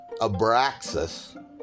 Abraxas